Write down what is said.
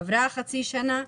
עברה חצי שנה,